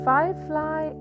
Firefly